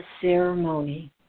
ceremony